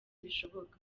bishoboka